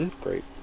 Great